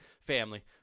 family